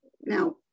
Now